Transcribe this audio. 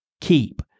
keep